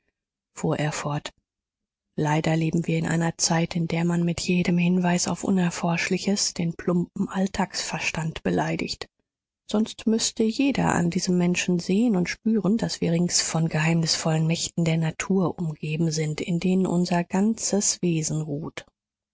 fuhr er fort leider leben wir in einer zeit in der man mit jedem hinweis auf unerforschliches den plumpen alltagsverstand beleidigt sonst müßte jeder an diesem menschen sehen und spüren daß wir rings von geheimnisvollen mächten der natur umgeben sind in denen unser ganzes wesen ruht